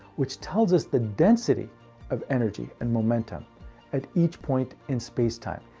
which tells us the density of energy and momentum at each point in space time.